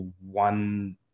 one